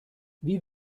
wie